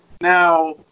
Now